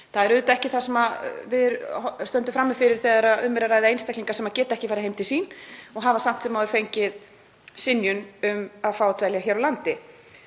Það er auðvitað ekki það sem við stöndum frammi fyrir þegar um er að ræða einstaklinga sem geta ekki farið heim til sín og hafa samt sem áður fengið synjun um að fá að dvelja hér á landi.